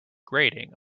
grating